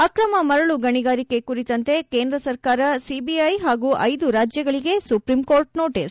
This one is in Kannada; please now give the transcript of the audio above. ಅಕ್ರಮ ಮರಳು ಗಣಿಗಾರಿಕೆ ಕುರಿತಂತೆ ಕೇಂದ್ರ ಸರ್ಕಾರ ಸಿಬಿಐ ಹಾಗೂ ಐದು ರಾಜ್ಯಗಳಗೆ ಸುಪ್ರೀಂಕೋರ್ಟ್ ನೋಟಿಸ್